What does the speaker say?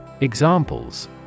Examples